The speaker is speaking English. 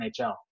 NHL